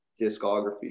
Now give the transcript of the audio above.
discography